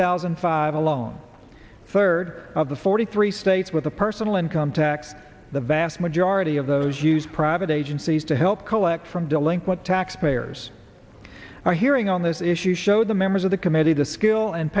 thousand and five alone third of the forty three states with the personal income tax the vast majority of those used private agencies to help collect from delinquent tax payers are hearing on this issue show the members of the committee the skill and